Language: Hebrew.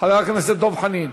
חבר הכנסת דב חנין.